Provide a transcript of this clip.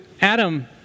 Adam